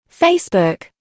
Facebook